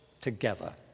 together